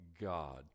God